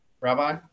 Rabbi